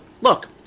look